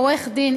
עורך-דין,